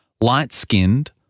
light-skinned